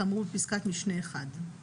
כאמור בפסקת משנה (1);